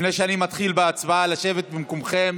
לפני שאני מתחיל בהצבעה, לשבת במקומותיכם.